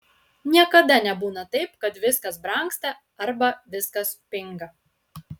niekada nebūna taip kad viskas brangsta arba viskas pinga